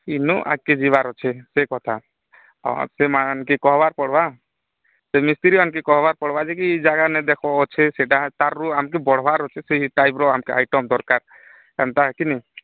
ଇନୋ ଆଗକେ ଯିବାର ଅଛି ସେ କଥା ହ ସେ ମା ମାନଙ୍କେ କହିବାର ପଡ଼ବା ସେ ମିସ୍ତ୍ରୀମାନଙ୍କ କହିବାର ପଡ଼ିବା ଯେ କି ଏ ଜାଗା ନ ଦେଖ ଅଛେ ସେଟା ତାରୁ ଆମକୁ ବଢ଼ିବାର ଅଛି ସେ ଟାଇପ୍ର ଆଗକୁ ଆଇଟମ୍ ଦରକାର ଏନ୍ତା କିନୁ